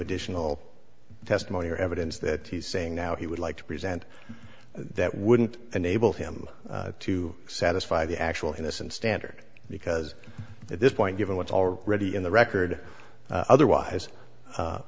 additional testimony or evidence that he's saying now he would like to present that wouldn't enable him to satisfy the actual innocence standard because at this point given what's already in the record otherwise